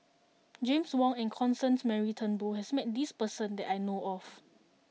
James Wong and Constance Mary Turnbull has met this person that I know of